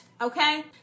Okay